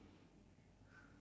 retail store ah